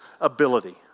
ability